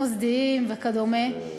מוסדיים וכדומה,